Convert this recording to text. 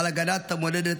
על הגנת המולדת.